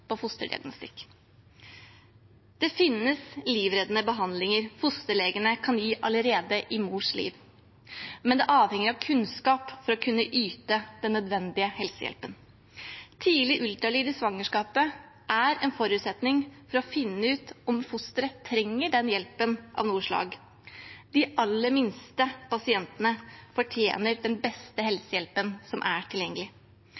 fosterdiagnostikk. Det finnes livreddende behandlinger som fosterlegene kan gi allerede i mors liv, men det avhenger av kunnskap å kunne yte den nødvendige helsehjelpen. Tidlig ultralyd i svangerskapet er en forutsetning for å finne ut om fosteret trenger hjelp av noe slag. De aller minste pasientene fortjener den beste helsehjelpen som er tilgjengelig.